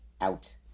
out